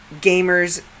Gamers